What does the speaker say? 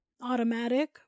automatic